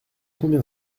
combien